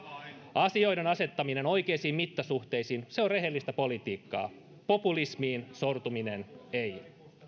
asioiden asettaminen oikeisiin mittasuhteisiin on rehellistä politiikkaa populismiin sortuminen ei